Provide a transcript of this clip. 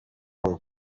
long